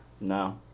No